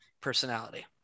personality